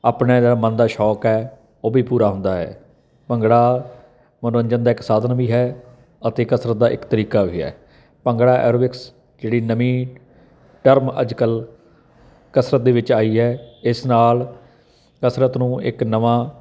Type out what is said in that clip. ਆਪਣਾ ਜਿਹੜਾ ਮਨ ਦਾ ਸ਼ੌਂਕ ਹੈ ਉਹ ਵੀ ਪੂਰਾ ਹੁੰਦਾ ਹੈ ਭੰਗੜਾ ਮਨੋਰੰਜਨ ਦਾ ਇੱਕ ਸਾਧਨ ਵੀ ਹੈ ਅਤੇ ਕਸਰਤ ਦਾ ਇੱਕ ਤਰੀਕਾ ਵੀ ਹੈ ਭੰਗੜਾ ਐਰੋਬਿਕਸ ਜਿਹੜੀ ਨਵੀਂ ਟਰਮ ਅੱਜ ਕੱਲ੍ਹ ਕਸਰਤ ਦੇ ਵਿੱਚ ਆਈ ਹੈ ਇਸ ਨਾਲ ਕਸਰਤ ਨੂੰ ਇੱਕ ਨਵਾਂ